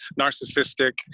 narcissistic